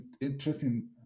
interesting